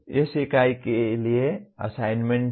इस इकाई के लिए असाइनमेंट है